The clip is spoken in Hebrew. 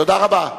תודה רבה.